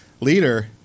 leader